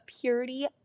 Purity